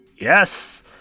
Yes